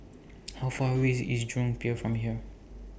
How Far away IS Jurong Pier from here